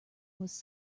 was